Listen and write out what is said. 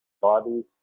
bodies